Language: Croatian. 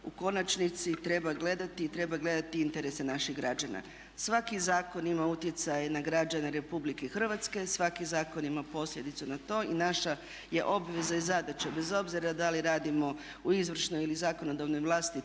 u konačnici treba gledati i treba gledati interese naših građana. Svaki zakon ima utjecaj na građane republike Hrvatske, svaki zakon ima posljedicu na to. I naša je obveza i zadaća bez obzira da li radimo u izvršnoj ili zakonodavnoj vlasti